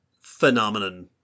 phenomenon